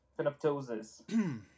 phenoptosis